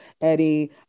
Eddie